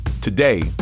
Today